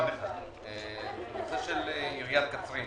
הנושא של עיריית קצרין